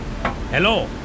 Hello